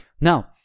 now